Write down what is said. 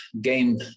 game